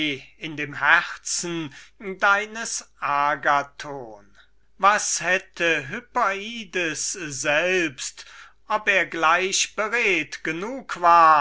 in dem herzen deines agathon was hätte hyperides selbst ob er gleich beredt genug war